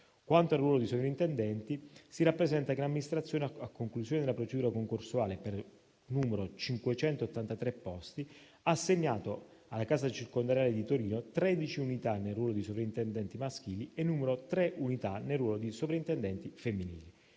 Quanto al ruolo dei sovrintendenti, si rappresenta che l'amministrazione, a conclusione della procedura concorsuale per 583 posti, ha assegnato alla casa circondariale di Torino 13 unità nel ruolo di sovrintendenti maschili e 3 unità nel ruolo di sovrintendenti femminili.